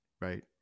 right